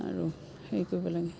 আৰু হেৰি কৰিব লাগে